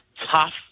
tough